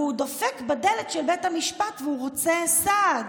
הוא דופק בדלת של בית המשפט והוא רוצה סעד.